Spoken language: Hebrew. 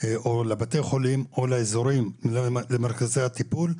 לבתי חולים או למרכזי הטיפול,